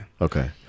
Okay